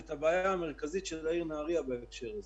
את הבעיה המרכזית של העיר נהריה בהקשר הזה.